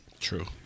True